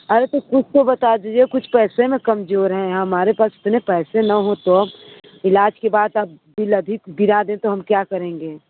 अरे तो कुछ तो बता दीजिए कुछ पैसे में कमजोर हैं हमारे पास इतने पैसे न हों तो अब इलाज के बाद आप बिल अधिक गिरा दें तो हम क्या करेंगे